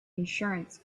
insurance